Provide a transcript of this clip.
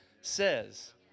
says